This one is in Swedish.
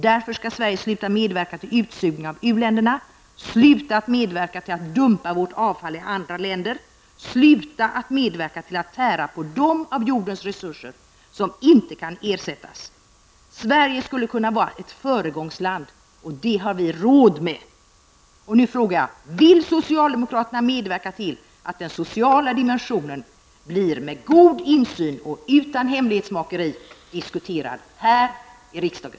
Därför skall Sverige sluta medverka till utsugning av u-länderna, sluta att medverka till att dumpa vårt avfall i andra länder och sluta att medverka till att tära på de av jordens resurser som inte kan ersättas. Sverige skulle kunna vara ett föregångsland. Det har vi råd med. Vill socialdemokraterna medverka till att den sociala dimensionen blir med god insyn och utan hemlighetsmakeri diskuterad här i riksdagen?